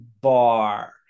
bar